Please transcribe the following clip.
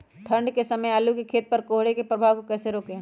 ठंढ के समय आलू के खेत पर कोहरे के प्रभाव को कैसे रोके?